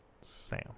sam